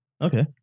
okay